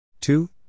Two